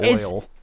oil